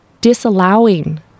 disallowing